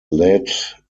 laid